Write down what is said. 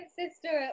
sister